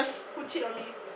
who cheat on me